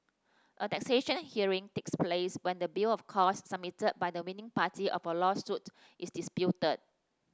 a taxation hearing takes place when the bill of costs submitted by the winning party of a lawsuit is disputed